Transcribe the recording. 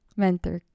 mentor